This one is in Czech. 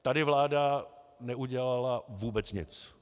Tady vláda neudělala vůbec nic.